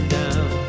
down